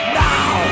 now